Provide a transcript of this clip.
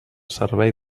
servei